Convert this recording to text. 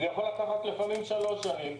זה יכול לקחת לפעמים שלוש שנים.